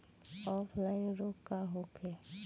Offline रोग का होखे?